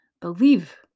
believe